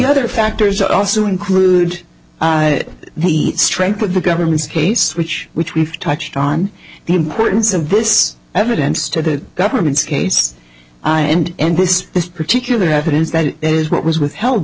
other factors also include the strength of the government's case which which we've touched on the importance of this evidence to the government's case and and this this particular evidence that what was withheld